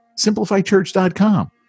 SimplifyChurch.com